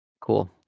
Cool